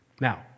Now